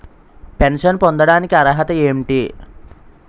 Pension పొందడానికి అర్హత ఏంటి?